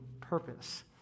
purpose